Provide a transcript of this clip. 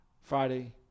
Friday